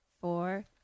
four